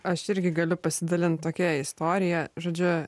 aš irgi galiu pasidalint tokia istorija žodžiu